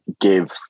give